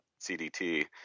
CDT